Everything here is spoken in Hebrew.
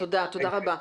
תודה רבה.